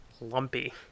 Lumpy